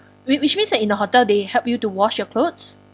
whi~ which means that in the hotel they help you to wash your clothes